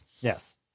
Yes